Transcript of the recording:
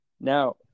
Now